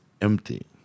empty